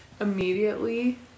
immediately